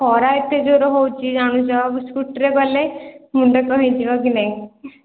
ଖରା ଏତେ ଜୋରେ ହେଉଛି ଜାଣିଛ ସ୍କୁଟିରେ ଗଲେ ମୁଣ୍ଡ କ'ଣ ହେଇଯିବ କି ନାହିଁ